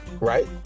right